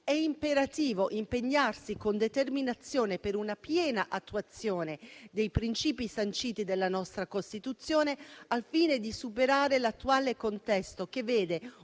È imperativo impegnarsi con determinazione per una piena attuazione dei princìpi sanciti dalla nostra Costituzione, al fine di superare l'attuale contesto che vede